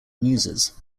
muses